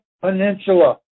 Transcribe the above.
Peninsula